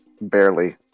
Barely